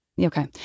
Okay